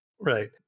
Right